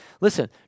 listen